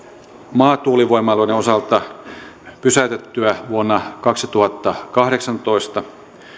maatuulivoimaloiden osalta pysäytettyä vuonna kaksituhattakahdeksantoista